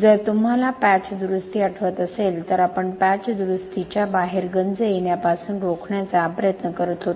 जर तुम्हाला पॅच दुरुस्ती आठवत असेल तर आपण पॅच दुरुस्तीच्या बाहेर गंज येण्यापासून रोखण्याचा प्रयत्न करत होतो